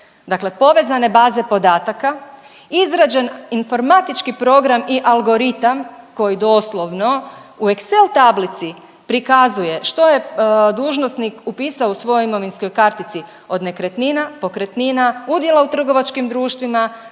Dakle, povezane baze podataka, izrađen informatički program i algoritam koji doslovno u Excel tablici prikazuje što je dužnosnik upisao u svojoj imovinskoj kartici od nekretnina, pokretnina, udjela u trgovačkim društvima,